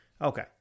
Okay